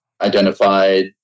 identified